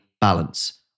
balance